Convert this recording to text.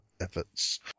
efforts